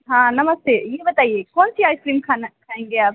हाँ नमस्ते जी बताइए कौन सी आइसक्रीम खाना चाहेंगे आप